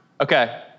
okay